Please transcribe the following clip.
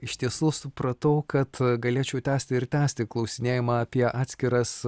iš tiesų supratau kad galėčiau tęsti ir tęsti klausinėjimą apie atskiras